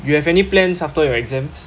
you have any plans after your exams